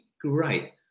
great